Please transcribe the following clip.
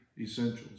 essentials